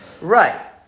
Right